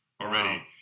already